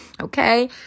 Okay